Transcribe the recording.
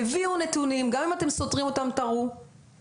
הביאו נתונים וגם אם אתם חושבים שאתם יכולים לסתור אותם תראו איפה,